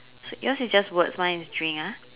so yours is just words mine is drink ah